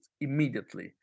immediately